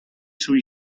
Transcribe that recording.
sui